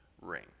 ring